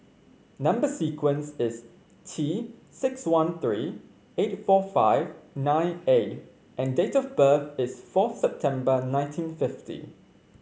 number sequence is T six one three eight four five nine A and date of birth is four September nineteen fifty